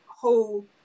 whole